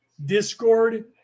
Discord